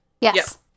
Yes